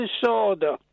disorder